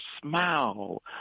smile